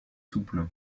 souple